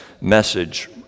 message